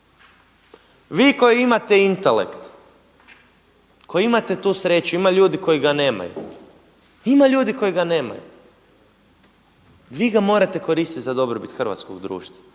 Vi koji imate intelekt, koji imate tu sreću ima ljudi koji ga nemaju, ima ljudi koji ga nemaju, vi ga morate koristit za dobrobit hrvatskog društva.